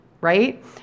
right